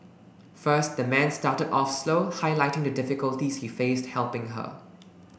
first the man started off slow highlighting the difficulties he faced helping her